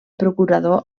procurador